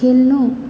खेल्नु